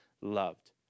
loved